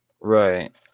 Right